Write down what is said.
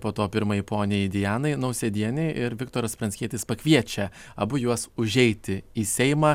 po to pirmajai poniai dianai nausėdienei ir viktoras pranckietis pakviečia abu juos užeiti į seimą